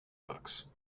books